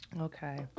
Okay